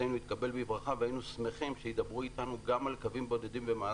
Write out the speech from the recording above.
מבחינתנו יתקבל בברכה והיינו שמחים שידברו אתנו גם על קווים בודדים.